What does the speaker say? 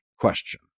question